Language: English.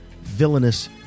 villainous